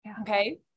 Okay